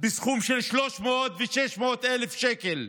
בסכום של 300,000 ו-600,000 שקל,